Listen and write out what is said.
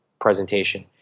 presentation